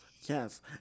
Yes